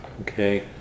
okay